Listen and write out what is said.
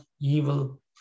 evil